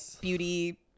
beauty